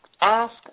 ask